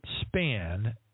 span